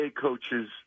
coaches